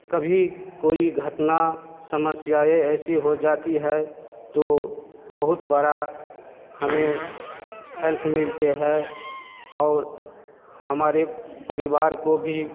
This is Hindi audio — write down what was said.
कभी कोई घटना समस्याएँ ऐसी हो जाती हैं तो बहुत बड़ा हमें हेल्प मिलते हैं और हमारे परिवार को भी